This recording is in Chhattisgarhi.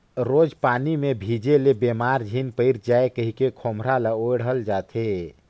रोज पानी मे भीजे ले बेमार झिन पइर जाए कहिके खोम्हरा ल ओढ़ल जाथे